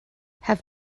have